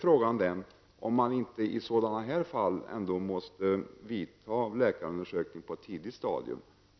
Frågan är om man inte i denna typ av fall måste företa läkarundersökning på ett tidigt stadium.